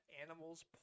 animals